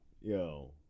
Yo